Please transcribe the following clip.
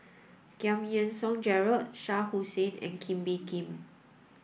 Giam Yean Song Gerald Shah Hussain and Kee Bee Khim